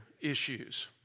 issues